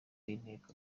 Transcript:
y’inteko